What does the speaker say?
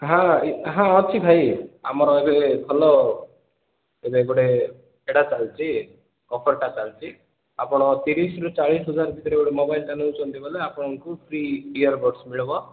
ହଁ ହଁ ଅଛି ଭାଇ ଆମର ଏବେ ଭଲ ଏବେ ଗୋଟେ ଏଇଟା ଚାଲିଛି ଅଫର୍ଟା ଚାଲିଛି ଆପଣ ତିରିଶରୁ ଚାଳିଶ ହଜାର ଭିତରେ ଗୋଟେ ମୋବାଇଲ୍ଟା ନେଉଛନ୍ତି ବୋଲେ ଆପଣଙ୍କୁ ଫ୍ରି ଇୟର୍ ବଡ଼ସ୍ ମିଳିବ